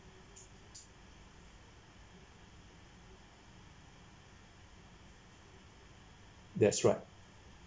that's right